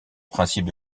principes